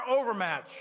overmatch